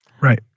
Right